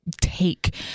take